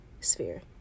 sphere